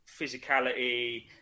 physicality